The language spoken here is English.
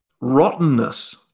rottenness